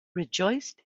rejoiced